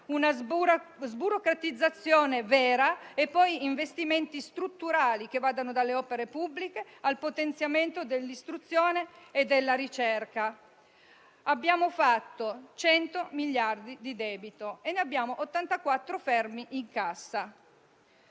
una sburocratizzazione vera; inoltre, investimenti strutturali che vadano dalle opere pubbliche al potenziamento dell'istruzione e della ricerca. Abbiamo fatto 100 miliardi di debito e ne abbiamo 84 fermi in cassa: